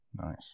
Nice